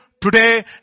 today